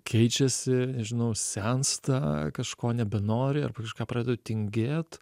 keičiasi nežinau sensta kažko nebenori arba kažką pradeda tingėt